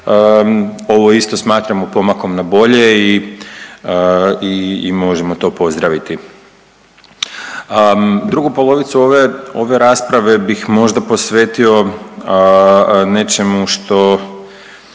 ovo isto smatramo pomakom na bolje i možemo to pozdraviti. Drugu polovicu ove rasprave bih možda posvetio nečemu što